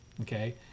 okay